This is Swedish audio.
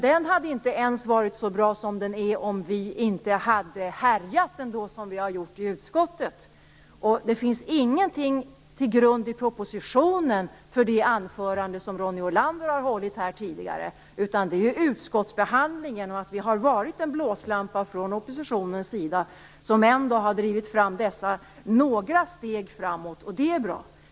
Den hade inte ens varit så bra som den är om inte vi hade härjat som vi har gjort i utskottet. Det finns ingenting till grund i propositionen för det anförande som Ronny Olander har hållit här tidigare. I utskottsbehandlingen har oppositionen utgjort en blåslampa, och det har drivit behandlingen några steg framåt. Det är bra.